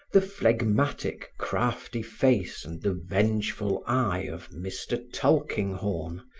the phlegmatic, crafty face and the vengeful eye of mr. tulkinghorn,